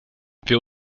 wir